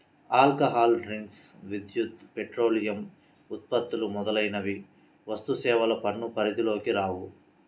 alcohol drinks, విద్యుత్, petroleum ఉత్పత్తులు మొదలైనవి వస్తుసేవల పన్ను పరిధిలోకి రావు